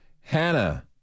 Hannah